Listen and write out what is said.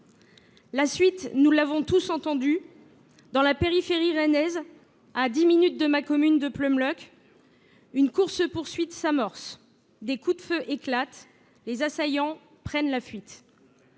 La suite, nous la connaissons tous : dans la périphérie rennaise, à dix minutes de ma commune de Pleumeleuc, une course poursuite s’amorce, des coups de feu éclatent, les assaillants prennent la fuite.